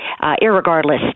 irregardless